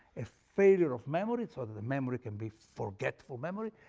a failure of memory so that the memory can be forgetful memory,